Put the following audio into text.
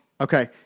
Okay